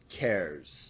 cares